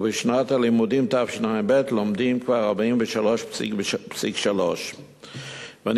ובשנת הלימודים תשע"ב לומדים כבר 43.3%. אני